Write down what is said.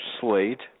Slate